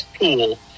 pool